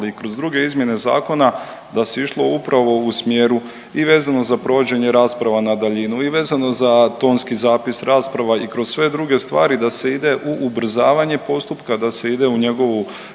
ali i kroz druge izmjene zakona, da se išlo upravo u smjeru i vezano za provođenje rasprava na daljinu i vezano za tonski zapis rasprava i kroz sve druge stvari da se ide u ubrzavanje postupka, da se ide u njegovu